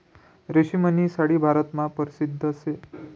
रेशीमनी साडी भारतमा परशिद्ध शे